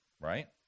right